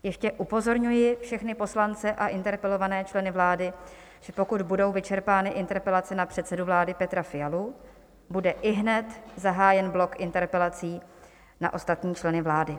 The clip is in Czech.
Ještě upozorňuji všechny poslance a interpelované členy vlády, že pokud budou vyčerpány interpelace na předsedu vlády Petra Fialu, bude ihned zahájen blok interpelací na ostatní členy vlády.